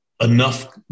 enough